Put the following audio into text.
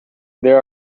there